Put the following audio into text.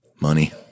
Money